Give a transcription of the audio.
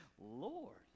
Lord